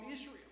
Israel